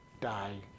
die